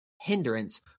hindrance